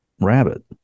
rabbit